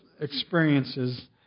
experiences